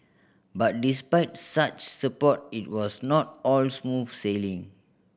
but despite such support it was not all smooth sailing